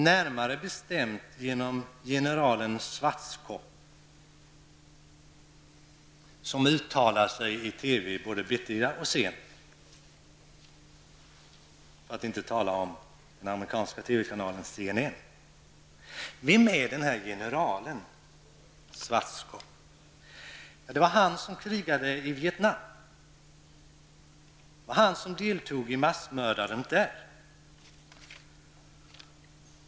Närmare bestämt genom general Schwartzkopf, som uttalar sig i TV både bittida och sent, för att inte tala om i den amerikanska TV-kanalen CNN. Vem är den här general Schwartzkopf? Det var han som krigade i Vietnam. Det var han som deltog i massmördandet där.